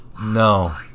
No